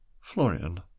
Florian